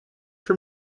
for